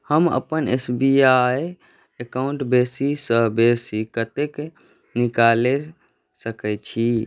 हम अपन S B I account बेसी सँ बेसी कतेक निकालि सकैत छी